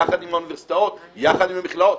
יחד עם האוניברסיטאות, יחד עם המכללות.